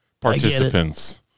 participants